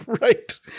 right